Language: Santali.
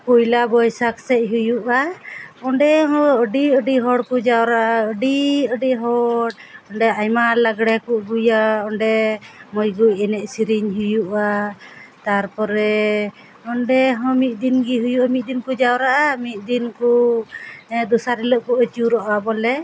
ᱯᱚᱭᱞᱟ ᱵᱳᱭᱥᱟᱠᱷ ᱥᱮᱫ ᱦᱩᱭᱩᱜᱼᱟ ᱚᱸᱰᱮ ᱦᱚᱸ ᱟᱹᱰᱤ ᱟᱹᱰᱤ ᱦᱚᱲ ᱠᱚ ᱦᱟᱣᱨᱟᱜᱼᱟ ᱟᱹᱰᱤ ᱟᱹᱰᱤ ᱦᱚᱲ ᱚᱸᱰᱮ ᱟᱭᱢᱟ ᱞᱟᱜᱽᱬᱮ ᱠᱚ ᱟᱹᱜᱩᱭᱟ ᱚᱸᱰᱮ ᱢᱚᱡᱽ ᱢᱚᱡᱽ ᱮᱱᱮᱡ ᱥᱤᱨᱤᱧ ᱦᱩᱭᱩᱜᱼᱟ ᱛᱟᱨᱯᱚᱨᱮ ᱚᱸᱰᱮ ᱦᱚᱸ ᱢᱤᱫ ᱫᱤᱱ ᱜᱮ ᱦᱩᱭᱩᱜᱼᱟ ᱢᱤᱫ ᱫᱤᱱ ᱠᱚ ᱡᱟᱣᱨᱟᱜᱼᱟ ᱢᱤᱫ ᱫᱤᱱ ᱠᱚ ᱫᱚᱥᱟᱨ ᱦᱤᱞᱳᱜ ᱠᱚ ᱟᱹᱪᱩᱨᱚᱜᱼᱟ ᱵᱚᱞᱮ